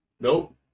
nope